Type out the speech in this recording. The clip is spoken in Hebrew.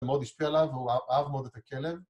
זה מאוד השפיע עליו, והוא אהב מאוד את הכלב.